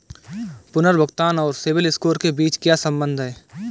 पुनर्भुगतान और CIBIL score के बीच क्या संबंध है?